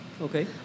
Okay